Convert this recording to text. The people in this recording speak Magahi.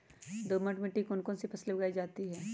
दोमट मिट्टी कौन कौन सी फसलें उगाई जाती है?